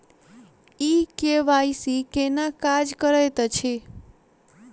ई KYC केना काज करैत अछि?